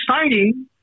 exciting